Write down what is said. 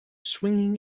swinging